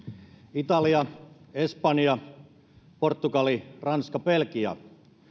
italia espanja portugali ranska belgia